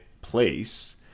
place